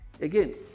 Again